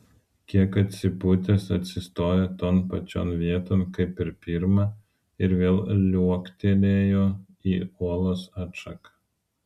kiek atsipūtęs atsistojo ton pačion vieton kaip ir pirma ir vėl liuoktelėjo į olos atšaką